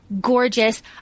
gorgeous